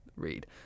Read